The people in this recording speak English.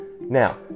Now